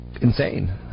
insane